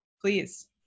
Please